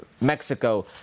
Mexico